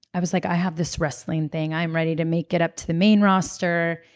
i was like, i have this wrestling thing. i am ready to make it up to the main roster,